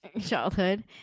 Childhood